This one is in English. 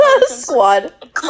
squad